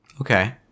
Okay